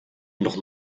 nog